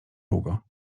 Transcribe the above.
długo